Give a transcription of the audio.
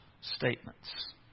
statements